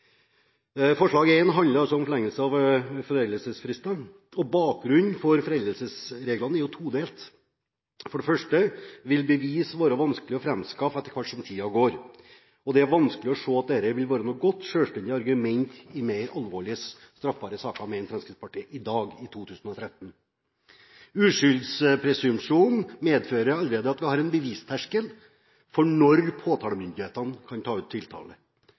Forslag nr.1 handler om forlengelse av foreldelsesfristene. Bakgrunnen for foreldelsesreglene er todelt. For det første vil bevis være vanskelig å framskaffe etter som tiden går, og det er vanskelig å se at dette vil være noe godt selvstendig argument i mer alvorlige straffbare saker, mener Fremskrittspartiet i dag – i 2013. Uskyldspresumsjon medfører allerede at man har en bevisterskel for når påtalemyndighetene kan ta ut tiltale.